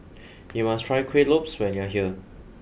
you must try Kueh Lopes when you are here